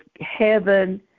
heaven